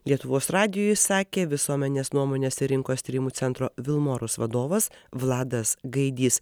lietuvos radijui sakė visuomenės nuomonės ir rinkos tyrimų centro vilmorus vadovas vladas gaidys